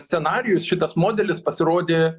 scenarijus šitas modelis pasirodė